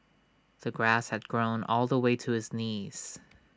the grass had grown all the way to his knees